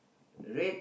red